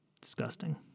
Disgusting